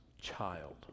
child